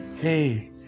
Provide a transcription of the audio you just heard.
hey